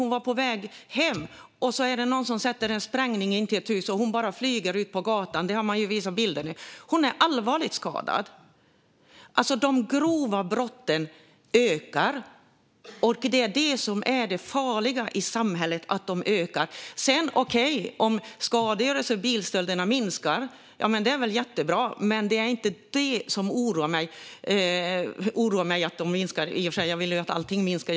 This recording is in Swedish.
som var på väg hem när någon hade satt en sprängladdning intill ett hus. Hon bara flög ut på gatan. Det har visats bilder på det. Hon är allvarligt skadad. De grova brotten ökar. Det är det farliga i samhället. Det är jättebra om skadegörelse och bilstölder minskar. Men det är inte det som oroar mig. Jag vill i och för sig att allt ska minska.